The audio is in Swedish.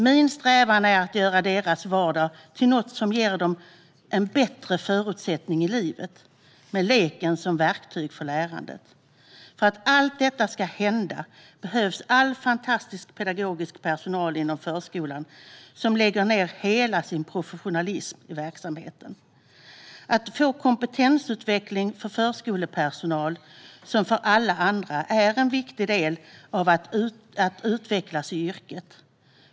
Min strävan är att göra deras vardag till något som ger dem en bättre förutsättning i livet med leken som verktyg för lärandet. För att allt detta ska hända behövs all fantastisk pedagogisk personal inom förskolan som lägger ned hela sin professionalism i verksamheten. Att få kompetensutveckling för förskolepersonal som för alla andra är en viktig del av att utvecklas i yrket.